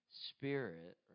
Spirit